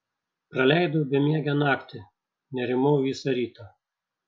praleidau bemiegę naktį nerimau visą rytą